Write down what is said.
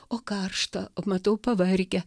o karšta o matau pavargę